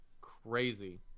crazy